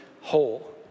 whole